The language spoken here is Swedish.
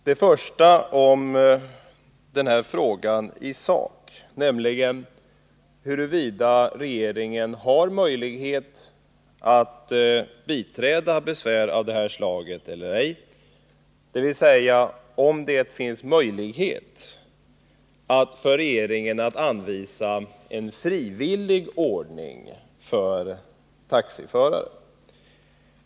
Det första gäller frågan huruvida regeringen har möjlighet att biträda besvär av det här slaget eller ej, dvs. om det finns möjlighet för regeringen att anvisa en frivillig ordning för föreningsanslutning av taxiförare.